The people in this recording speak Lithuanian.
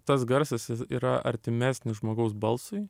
tas garsas jis yra artimesnis žmogaus balsui